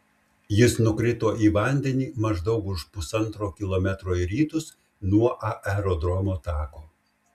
jis nukrito į vandenį maždaug už pusantro kilometro į rytus nuo aerodromo tako